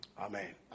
Amen